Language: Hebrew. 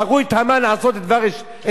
מהרו את המן לעשות את דבר אסתר?